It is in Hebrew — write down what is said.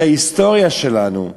ההיסטוריה שלנו,